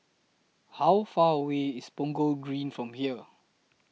How Far away IS Punggol Green from here